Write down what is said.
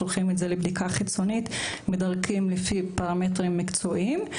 שולחים את זה לבדיקה חיצונית ומדרגים לפי פרמטרים מקצועיים.